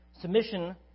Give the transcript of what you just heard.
Submission